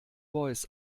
voice